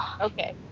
Okay